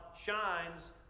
shines